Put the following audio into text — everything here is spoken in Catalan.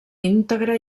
íntegre